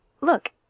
look